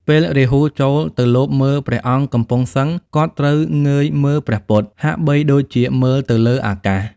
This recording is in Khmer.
ពេលរាហូចូលទៅលបមើលព្រះអង្គកំពុងសឹង គាត់ត្រូវងើយមើលព្រះពុទ្ធ ហាក់បីដូចជាមើលទៅលើអាកាស។